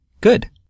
Good